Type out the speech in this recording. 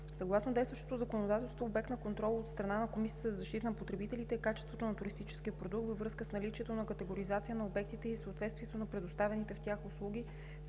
Съгласно действащото законодателство обект на контрол от страна на Комисията за защита на потребителите е качеството на туристическия продукт във връзка с наличието на категоризация на обектите и съответствието на предоставените в тях услуги,